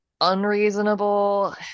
unreasonable